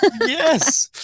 yes